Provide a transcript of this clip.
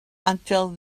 until